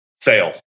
sale